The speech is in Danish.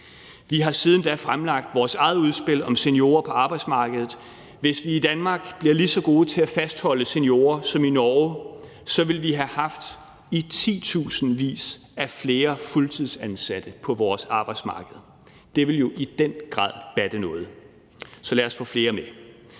Vi har siden da fremlagt vores eget udspil om seniorer på arbejdsmarkedet. Hvis vi i Danmark bliver lige så gode til at fastholde seniorer som i Norge, ville vi have haft i titusindvis af flere fuldtidsansatte på vores arbejdsmarked, og det ville jo i den grad batte noget. Så lad os få flere med.